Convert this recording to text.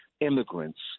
immigrants